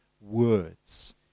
words